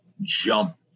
jump